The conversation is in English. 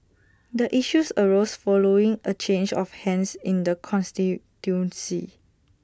the issues arose following A change of hands in the constituency